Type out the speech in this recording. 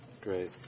Great